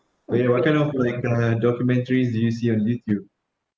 you know what kind of like uh documentaries did you see on YouTube